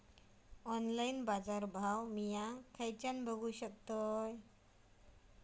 Online बाजारभाव मी खेच्यान बघू शकतय?